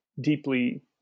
deeply